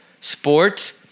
Sports